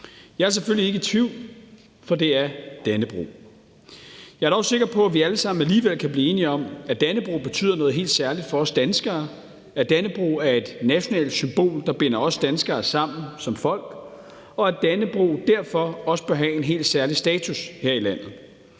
Jeg er selvfølgelig ikke i tvivl: Det er Dannebrog. Jeg er dog sikker på, at vi alle sammen alligevel kan blive enige om, at Dannebrog betyder noget helt særligt for os danskere, at Dannebrog er et nationalt symbol, der binder os danskere sammen som folk, og at Dannebrog derfor også bør have en helt særlig status her i landet.